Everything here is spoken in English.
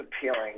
appealing